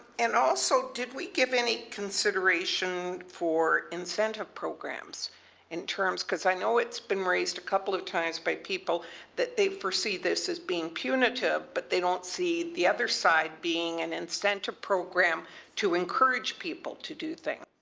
and also did we give any consideration for incentive programs in terms terms because i know it's been raised a couple of times by people that they foresee this as being punitive but they don't see the other side being an incentive program to encourage people to do things.